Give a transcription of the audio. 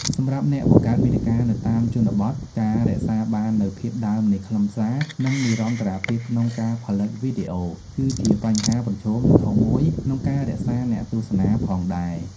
សម្រាប់អ្នកបង្កើតមាតិកានៅតាមជនបទ ការរក្សាបាននូវភាពដើមនៃខ្លឹមសារ និង និរន្តរភាពក្នុងការផលិតវីដេអូ គឺជាបញ្ហាប្រឈមដ៏ធំមួយក្នុងការរក្សាអ្នកទស្សនាផងដែរ។